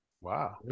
wow